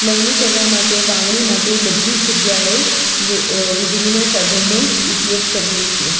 લણણી કરવાં માટે વાવણી માટે બધી જ જગ્યાએ વીજળીનાં સાધનનો ઉપયોગ કરીએ છીએ